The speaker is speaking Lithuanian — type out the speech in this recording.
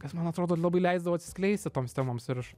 kas man atrodo labai leisdavo atsiskleisti toms temoms ir aš